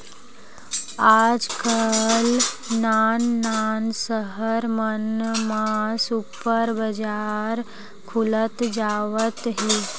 आजकाल नान नान सहर मन म सुपर बजार खुलत जावत हे